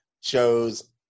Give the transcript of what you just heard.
shows